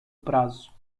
prazo